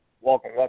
welcome